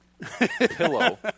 pillow